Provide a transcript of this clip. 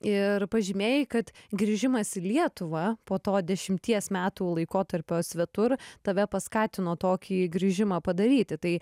ir pažymėjai kad grįžimas į lietuvą po to dešimties metų laikotarpio svetur tave paskatino tokį grįžimą padaryti tai